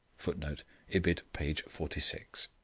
footnote ibid, page forty six.